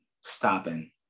stopping